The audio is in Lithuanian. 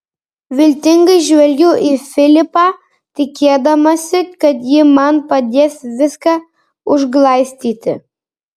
viltingai žvelgiu į filipą tikėdamasi kad ji man padės viską užglaistyti